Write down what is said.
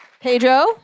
Pedro